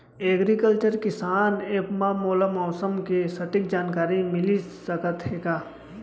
Agriculture किसान app मा मोला मौसम के सटीक जानकारी मिलिस सकत हे का?